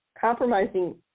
compromising